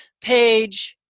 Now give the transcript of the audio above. page